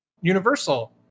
Universal